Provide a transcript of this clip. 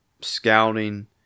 scouting